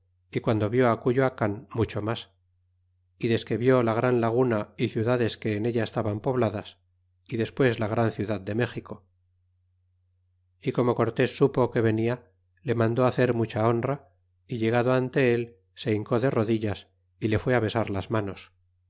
y guando vió á cuyoacan mucho mas y desque vi la gran laguna y dudades que en ella estan pobladas y despues la gran ciudad de méxico y como cortés supo que venia le mandó hacer mucha honra y llegado ante él se hincó de rodillas y le fijé besar las manos